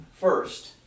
first